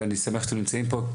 ואני שמח שאתם נמצאים פה.